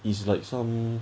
is like some